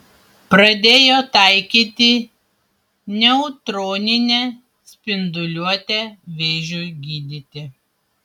pradėjo taikyti neutroninę spinduliuotę vėžiui gydyti